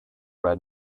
red